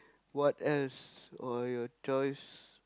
what else or your choice